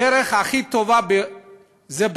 הדרך הכי טובה היא בחינוך,